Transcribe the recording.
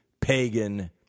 pagan